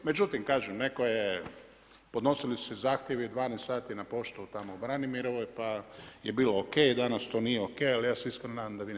Međutim kažem neko je podnosili su se zahtjevi u 12 sati na poštu tamo u Branimirovoj pa je bilo o.k., danas to nije o.k., ali ja se iskreno nadam da vi ne